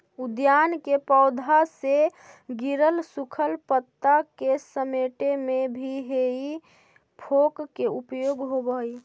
उद्यान के पौधा से गिरल सूखल पता के समेटे में भी हेइ फोक के उपयोग होवऽ हई